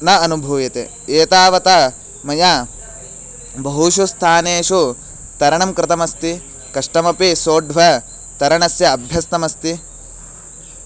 न अनुभूयते एतावता मया बहुषु स्थानेषु तरणं कृतमस्ति कष्टमपि सोढ्वा तरणस्य अभ्यस्तमस्ति